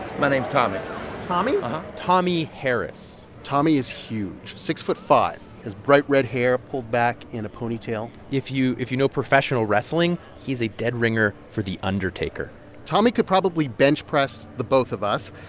my name's tommy tommy? um tommy harris tommy is huge, six foot five, his bright red hair pulled back in a ponytail if you if you know professional wrestling, he's a dead ringer for the undertaker tommy could probably bench press the both of us.